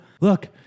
look